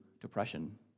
depression